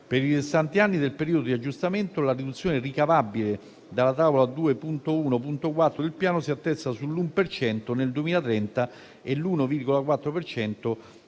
restanti anni del periodo di aggiustamento, la riduzione ricavabile dalla tavola 2.1.4 del Piano si attesta sull'1 per cento nel 2030 e sull'1,4